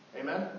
Amen